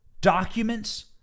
documents